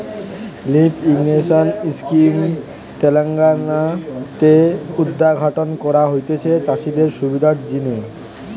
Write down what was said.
lift irrigation scheme Telangana তে উদ্ঘাটন করা হতিছে চাষিদের সুবিধার জিনে